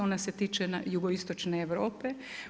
Ona se tiče jugoistočne Europe.